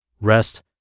Rest